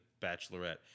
Bachelorette